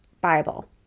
Bible